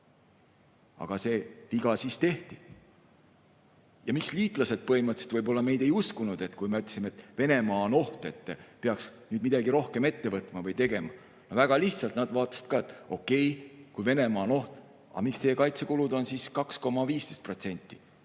siis see viga tehti. Ja miks liitlased põhimõtteliselt võib-olla meid ei uskunud, kui me ütlesime, et Venemaa on oht, peaks midagi rohkem ette võtma või tegema? Väga lihtne: nad vaatasid ka, et okei, aga kui Venemaa on oht, siis miks teie kaitsekulud on vaid 2,15%?